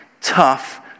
tough